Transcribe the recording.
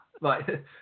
Right